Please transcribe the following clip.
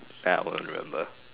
then I will remember